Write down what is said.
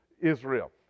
Israel